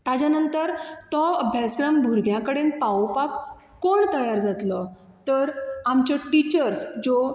ताज्या नंतर तो अभ्यासक्रम भुरग्यां कडेन पावोपाक कोण तयार जातलो तर आमच्यो टिचर्स ज्यो